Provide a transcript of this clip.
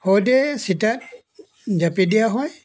শৱদেহ চিতাত জাপি দিয়া হয়